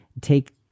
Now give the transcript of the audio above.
take